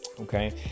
okay